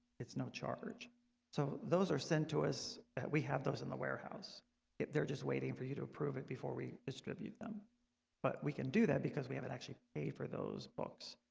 it's no charge so those are sent to us that we have those in the warehouse if they're just waiting for you to approve it before we distribute them but we can do that because we haven't actually paid for those books.